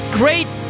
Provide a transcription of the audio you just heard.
great